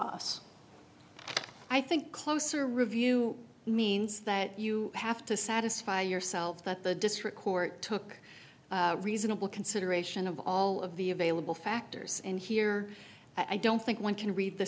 us i think closer review means that you have to satisfy yourself that the district court took reasonable consideration of all of the available factors in here i don't think one can read the